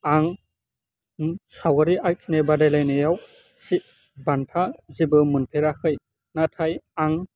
आं सावगारि आखिनाय बादायलायनायाव बान्था जेबो मोनफेराखै नाथाय आं